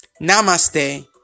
namaste